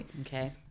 Okay